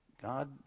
God